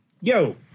Yo